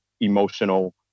emotional